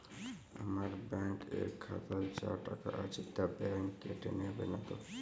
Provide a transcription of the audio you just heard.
আমার ব্যাঙ্ক এর খাতায় যা টাকা আছে তা বাংক কেটে নেবে নাতো?